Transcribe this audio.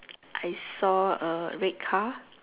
I saw a red car